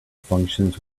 functions